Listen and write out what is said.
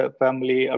family